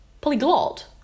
Polyglot